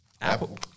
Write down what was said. apple